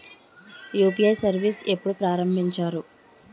UPI service ఎప్పుడు ప్రారంభించారు?